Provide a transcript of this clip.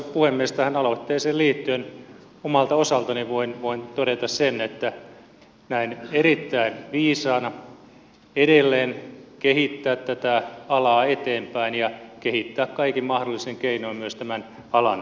tähän aloitteeseen liittyen omalta osaltani voin todeta sen että näen erittäin viisaana edelleen kehittää tätä alaa eteenpäin ja kehittää kaikin mahdollisin keinoin myös tämän alan jatkuvuutta